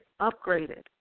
upgraded